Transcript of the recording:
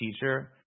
teacher